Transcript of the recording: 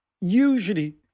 usually